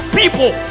people